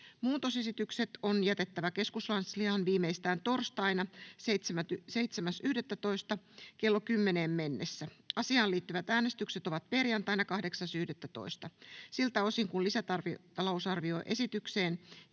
Muutosesitykset on jätettävä keskuskansliaan viimeistään torstaina 7.11.2024 kello 10 mennessä. Asiaan liittyvät äänestykset ovat perjantaina 8.11.2024. Siltä osin kuin lisätalousarvioesitykseen